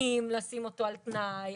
האם לשים אותו על תנאי,